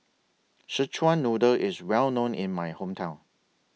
Szechuan Noodle IS Well known in My Hometown